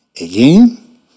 Again